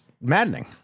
maddening